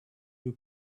you